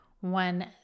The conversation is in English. one